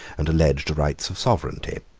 and alleged the rights of sovereignty.